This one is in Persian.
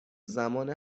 زمان